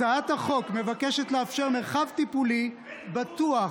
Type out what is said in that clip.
הצעת חוק מבקשת לאפשר מרחב טיפולי בטוח,